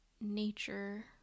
nature